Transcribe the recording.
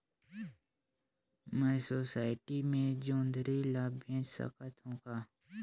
मैं सोसायटी मे जोंदरी ला बेच सकत हो का?